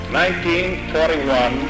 1941